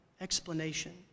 explanation